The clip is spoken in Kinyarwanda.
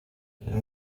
izo